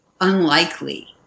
unlikely